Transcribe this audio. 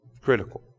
Critical